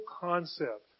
concept